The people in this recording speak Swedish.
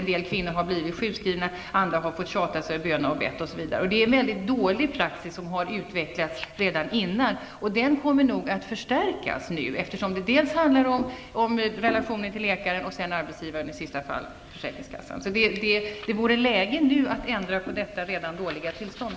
En del kvinnor har blivit sjukskrivna, andra har fått tjata, böna och be. Det är en dålig praxis som har utvecklats, och den kommer nog att förstärkas nu, eftersom det handlar om relationen till dels läkaren, dels arbetsgivaren och dels försäkringskassan. Det vore alltså läge att nu ändra på detta redan dåliga tillstånd.